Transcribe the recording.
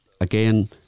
again